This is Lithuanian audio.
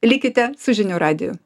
likite su žinių radiju